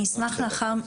זהו?